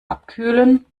abkühlen